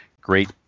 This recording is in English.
great